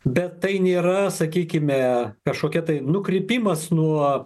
bet tai nėra sakykime kažkokia tai nukrypimas nuo